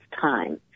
time